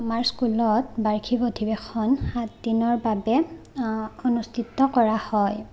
আমাৰ স্কুলত বাৰ্ষিক অধিবেশন সাতদিনৰ বাবে অনুস্থিত কৰা হয়